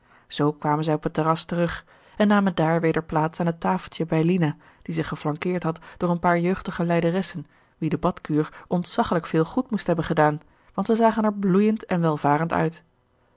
zoo kwamen zij op het terras terug en namen daar weder plaats aan het tafeltje bij lina die zich geflankeerd had door een paar jeugdige lijderessen wie de badkuur ontzaggelijk veel goed moest hebben gedaan want zij zagen er bloeiend en welvarend uit